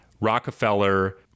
Rockefeller